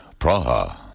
Praha